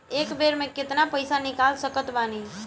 एक बेर मे केतना पैसा निकाल सकत बानी?